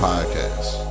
Podcasts